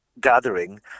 gathering